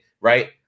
Right